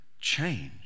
change